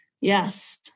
Yes